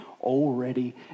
already